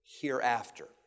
hereafter